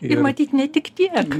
ir matyt ne tik tiek